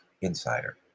insider